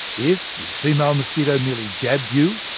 if the female mosquito merely jabbed you,